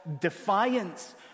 defiance